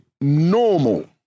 normal